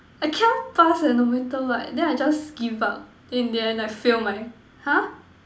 I cannot pass eh no matter what then I just give up then in the end I fail my !huh!